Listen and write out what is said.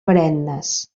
perennes